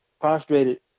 prostrated